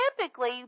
typically